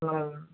ਹਾਂ